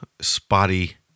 spotty